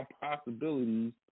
possibilities